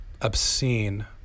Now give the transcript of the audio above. obscene